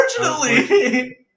Unfortunately